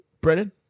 Brennan